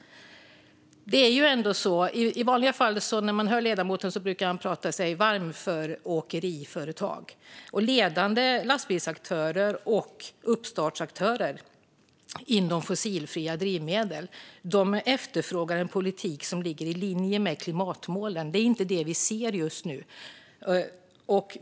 Ledamoten brukar i vanliga fall prata sig varm för åkeriföretag, och ledande lastbilsaktörer och uppstartsaktörer inom fossilfria drivmedel efterfrågar en politik som ligger i linje med klimatmålen. Men det är inte det vi ser just nu.